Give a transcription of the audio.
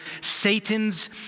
Satan's